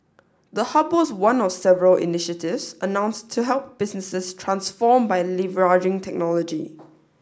the hub was one of several initiatives announced to help businesses transform by leveraging technology